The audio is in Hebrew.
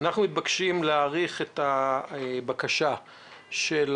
אנחנו מתבקשים להאריך את הבקשה של